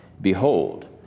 Behold